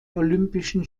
olympischen